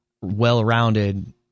well-rounded